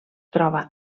troba